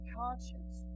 conscience